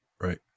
Right